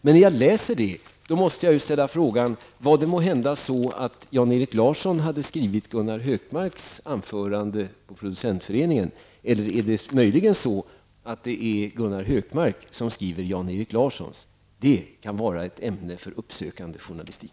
Men när jag läser sådant måste jag ställa frågan: Var det måhända så, att Janerik Larsson hade skrivit Gunnar Hökmarks anförande på Producentföreningen, eller är det möjligen så, att Gunnar Hökmark skriver för Janerik Larsson? Detta kan vara ett ämne för uppsökande journalistik.